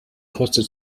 kurzer